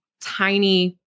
tiny